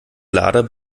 lader